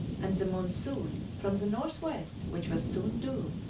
and the monsoon from the north-west which was soon due,